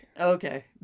Okay